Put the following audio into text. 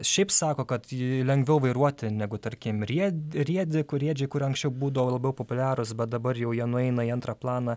šiaip sako kad jį lengviau vairuoti negu tarkim ried riedį kur riedžiai kur anksčiau būdavo labiau populiarūs bet dabar jau jie nueina į antrą planą